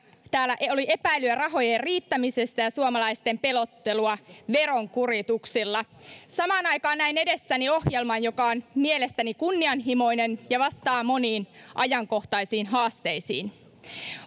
täällä oli epäilyjä rahojen riittämisestä ja suomalaisten pelottelua veronkurituksilla samaan aikaan näin edessäni ohjelman joka on mielestäni kunnianhimoinen ja vastaa moniin ajankohtaisiin haasteisiin